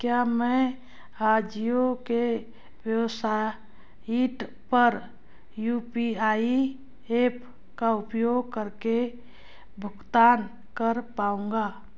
क्या मैं आजिओ की वेबसाइट पर ऐप का उपयोग करके भुगतान कर पाऊँगा